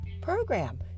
program